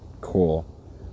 Cool